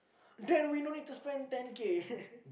then we no need to spend ten K